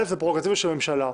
זו פררוגטיבה של הממשלה,